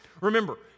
remember